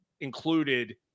included